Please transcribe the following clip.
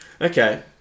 Okay